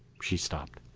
she stopped.